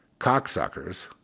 cocksuckers